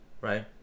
right